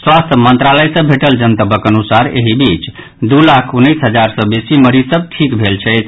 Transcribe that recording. स्वास्थ्य मंत्रालय सँ भेटल जनतबक अनुसार एहि बीच दू लाख उन्नैस हजार सँ बेसी मरीज सभ ठीक भेल छथि